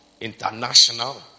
International